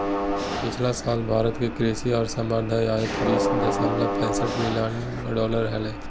पिछला साल भारत के कृषि और संबद्ध आयात बीस दशमलव पैसठ बिलियन डॉलर हलय